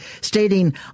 stating